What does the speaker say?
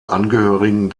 angehörigen